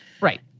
Right